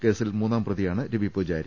കേസിൽ മൂന്നാം പ്രതിയാണ് രവിപൂജാരി